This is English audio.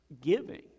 giving